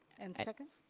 and second?